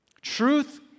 Truth